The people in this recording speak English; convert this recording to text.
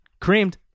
creamed